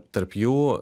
tarp jų